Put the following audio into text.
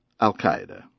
Al-Qaeda